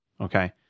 Okay